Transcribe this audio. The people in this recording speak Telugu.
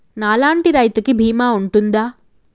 నా లాంటి రైతు కి బీమా ఉంటుందా?